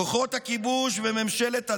כוחות הכיבוש וממשלת הדם,